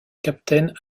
captain